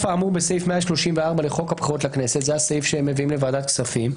פעם איזושהי בעיה, שוועדת הכספים